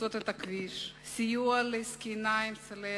לחצות את הכביש, סיוע לזקנה עם סלי הקניות,